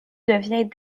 devient